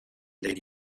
lady